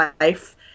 life